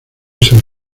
san